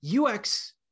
UX